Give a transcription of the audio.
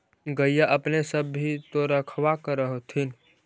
गईया अपने सब भी तो रखबा कर होत्थिन?